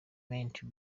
might